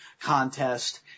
contest